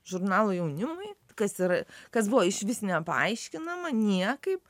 žurnalo jaunimui kas ir kas buvo išvis nepaaiškinama niekaip